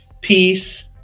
peace